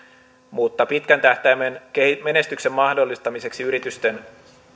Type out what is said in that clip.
mutta pitkän tähtäimen menestyksen mahdollistamiseksi yritysten